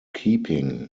keeping